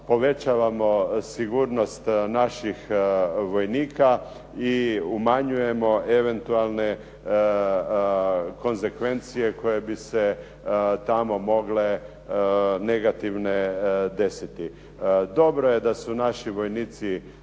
povećavamo sigurnost naših vojnika i umanjujemo eventualne konsekvencije koje bi se tamo mogle negativne desiti. Dobro je da su naši vojnici